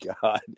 god